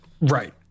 Right